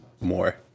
more